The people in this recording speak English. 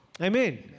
Amen